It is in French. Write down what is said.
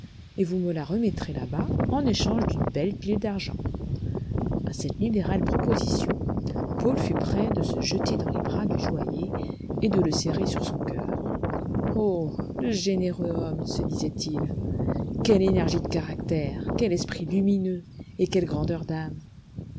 et vous me la remettrez là-bas en échange d'une belle pile d'argent a cette libérale proposition paul fut près de se jeter dans les bras du joaillier et de le serrer sur son cœur oh le généreux homme se disait-il quelle énergie de caractère quel esprit lumineux et quelle grandeur d'âme